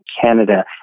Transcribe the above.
Canada